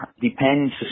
depends